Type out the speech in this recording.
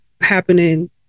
happening